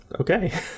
Okay